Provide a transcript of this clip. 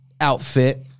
outfit